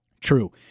true